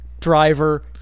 Driver